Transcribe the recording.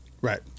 Right